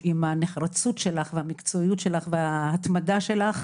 עם הנחרצות שלך והמקצועיות שלך וההתמדה שלך,